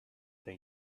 they